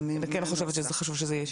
אני כן חושבת שחשוב שזאת תהיה אישה.